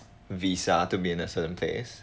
visa to be in a certain place